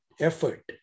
effort